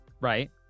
Right